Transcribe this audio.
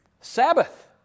Sabbath